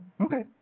Okay